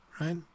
right